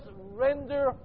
render